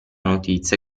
notizia